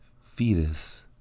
fetus